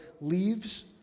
leaves